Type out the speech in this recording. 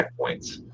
checkpoints